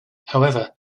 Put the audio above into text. however